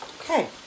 Okay